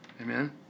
Amen